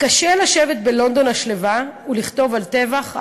"קשה לשבת בלונדון השלווה ולכתוב על טבח הארמנים,